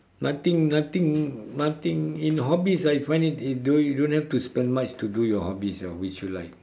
nothing nothing nothing in hobbies right I find it you don't you don't have to spend much to do your hobbies know which you like